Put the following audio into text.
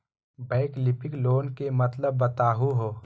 वैकल्पिक लोन के मतलब बताहु हो?